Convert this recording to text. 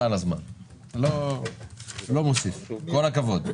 כל הכבוד.